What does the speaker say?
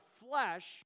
flesh